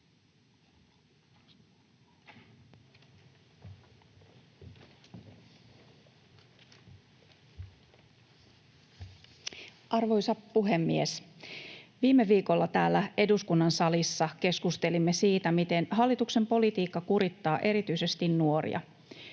Arvoisa puhemies! Viime viikolla täällä eduskunnan salissa keskustelimme siitä, miten hallituksen politiikka kurittaa erityisesti nuoria.